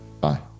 Bye